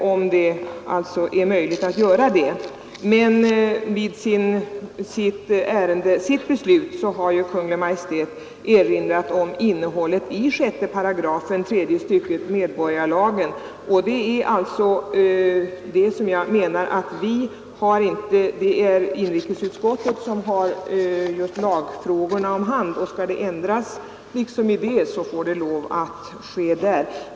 Vid sitt beslut i dessa fall har Kungl. Maj:t dock erinrat om innehållet i 6 §8 tredje stycket medborgarskapslagen. Det är inrikesutskottet som har lagfrågorna om hand, och skall bestämmelserna ändras så får det ske där.